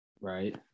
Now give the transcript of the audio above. Right